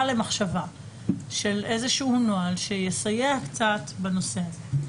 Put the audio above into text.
למחשבה של איזשהו נוכל שיסייע קצת בנושא הזה.